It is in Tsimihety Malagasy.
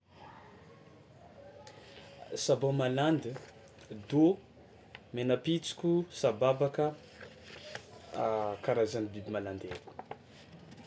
Sabô manandy: dô, menapitsoko, sababaka karazany biby manandy haiko.